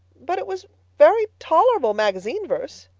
but it was very tolerable magazine verse.